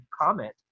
comment